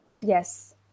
Yes